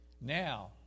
Now